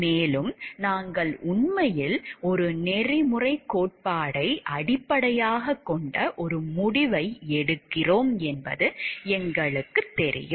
மேலும் நாங்கள் உண்மையில் ஒரு நெறிமுறைக் கோட்பாட்டை அடிப்படையாகக் கொண்ட ஒரு முடிவை எடுக்கிறோம் என்பது எங்களுக்குத் தெரியும்